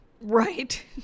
right